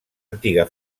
antiga